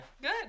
Good